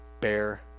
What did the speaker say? Bear